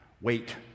wait